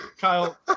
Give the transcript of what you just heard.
Kyle